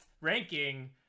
ranking